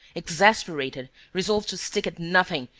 exasperated, resolved to stick at nothing,